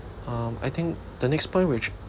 um I think the next point which